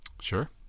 sure